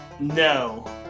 no